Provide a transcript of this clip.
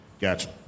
Gotcha